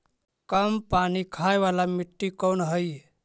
कम पानी खाय वाला मिट्टी कौन हइ?